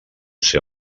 ser